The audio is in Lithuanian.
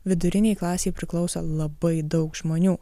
vidurinei klasei priklauso labai daug žmonių